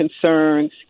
concerns